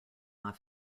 off